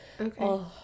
okay